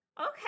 okay